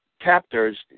captors